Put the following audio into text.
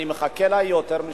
אני מחכה לה יותר משנה.